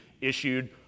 issued